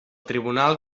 tribunal